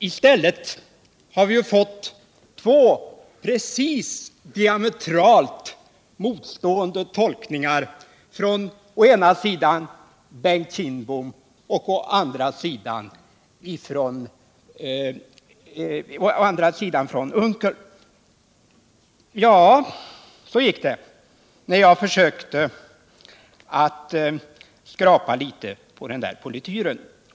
I stället har vi fått två precis diametralt motstående tolkningar från å ena sidan Bengt Kindbom och å andra sidan Per Unckel. Ja, så gick det när jag försökte att skrapa litet på den där polityren.